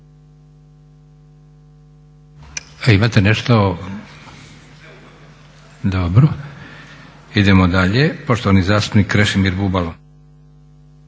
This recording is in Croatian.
razumije./ … Dobro. Idemo dalje. Poštovani zastupnik Krešimir Bubalo.